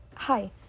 Hi